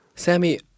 Sammy